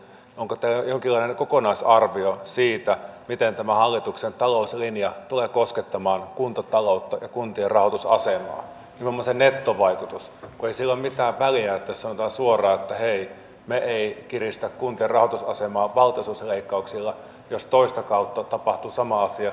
onko teillä jonkinlainen kokonaisarvio siitä miten tämä hallituksen talouslinja tulee koskettamaan kuntataloutta kuntien rahoitusasemia ruma sen nettovaikutus voisi lämmittää valjakka sanoo suoraan hei mä ei kiristä kuntien rahoitusasemaa tarkoittaa lisää kuormitusta ennen kaikkea myös jämsäorivesi suunnalle